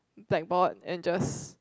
blackboard and just